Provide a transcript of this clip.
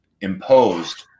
imposed